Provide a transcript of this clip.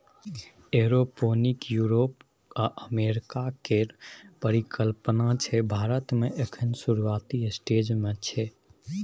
aeroponic Europe आ America केर परिकल्पना छै भारत मे एखन शुरूआती स्टेज मे छै